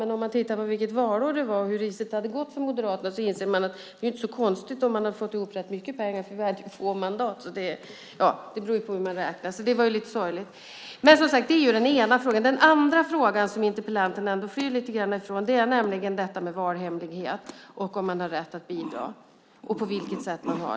När man tittar på valår och ser hur risigt det hade gått för Moderaterna inser man att det inte är så konstigt att de hade fått ihop rätt mycket pengar per mandat. Det beror på hur man räknar. Det är den ena frågan. Den andra frågan, som interpellanten flyr lite ifrån, är valhemlighet, om man har rätt att bidra och på vilket sätt.